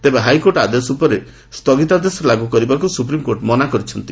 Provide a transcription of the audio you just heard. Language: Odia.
ତେବେ ହାଇକୋର୍ଟ ଆଦେଶ ଉପରେ ଉପରେ ସ୍ଥଗିତାଦେଶ ଲାଗୁ କରିବାକୁ ସୁପ୍ରିମକୋର୍ଟ ମନା କରିଛନ୍ତି